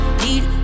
need